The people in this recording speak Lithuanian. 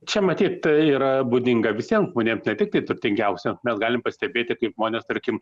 čia matyt yra būdinga visiem žmonėm ne tiktai turtingiausiem mes galim pastebėti kaip žmonės tarkim